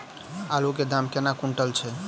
आलु केँ दाम केना कुनटल छैय?